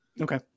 Okay